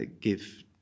give